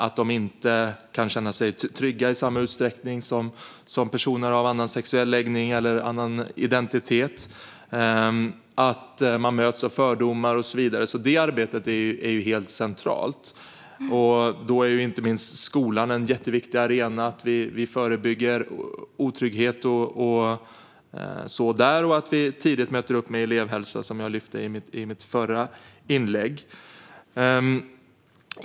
De kan inte känna sig trygga i samma utsträckning som personer med annan sexuell läggning eller identitet. De möts av fördomar och så vidare. Detta arbete är helt centralt. Inte minst är skolan en viktig arena där vi ska förebygga otrygghet och tidigt möta upp med elevhälsa, som jag tog upp i mitt förra inlägg.